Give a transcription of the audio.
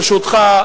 ברשותך,